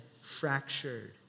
fractured